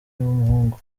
w’umuhungu